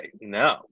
no